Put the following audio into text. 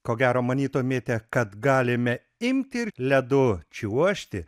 ko gero manytumėte kad galime imti ir ledu čiuožti